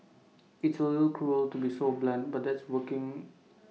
it's A little cruel to be so blunt but that's working